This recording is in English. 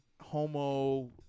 homo